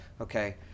Okay